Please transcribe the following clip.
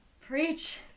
preach